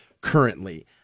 currently